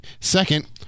second